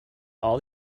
all